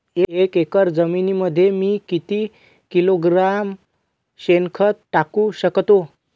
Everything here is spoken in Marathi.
एक एकर जमिनीमध्ये मी किती किलोग्रॅम शेणखत टाकू शकतो?